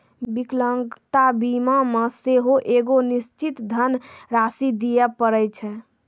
विकलांगता बीमा मे सेहो एगो निश्चित धन राशि दिये पड़ै छै